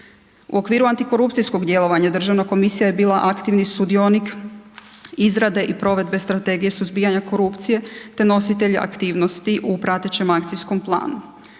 U okviru antikorupcijskog djelovanja državna komisija je bila aktivni sudionik izrade i provedbe strategije suzbijanja korupcije te nositelj aktivnosti u pratećem akcijskom planu.